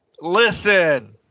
Listen